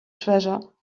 treasure